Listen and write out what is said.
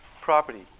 property